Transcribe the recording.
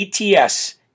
ETS